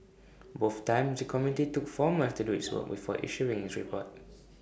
both times the committee took four months to do its work before issuing its report